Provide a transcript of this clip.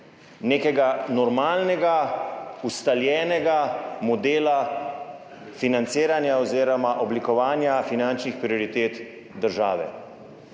nekega normalnega ustaljenega modela financiranja oziroma oblikovanja finančnih prioritet države.